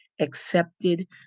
accepted